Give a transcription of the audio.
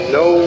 no